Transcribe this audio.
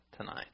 tonight